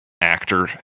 actor